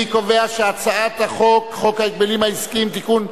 אני קובע שהצעת חוק ההגבלים העסקיים (תיקון מס'